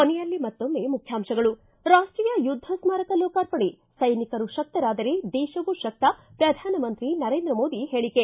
ಕೊನೆಯಲ್ಲಿ ಮತ್ತೊಮ್ನೆ ಮುಖ್ಯಾಂಶಗಳು ಿ ರಾಷ್ಟೀಯ ಯುದ್ಧ ಸ್ಮಾರಕ ಲೋಕಾರ್ಪಣೆ ಸೈನಿಕರು ಶಕ್ತರಾದರೆ ದೇಶವೂ ಶಕ್ತ ಶ್ರಧಾನಮಂತ್ರಿ ನರೇಂದ್ರ ಮೋದಿ ಹೇಳಿಕೆ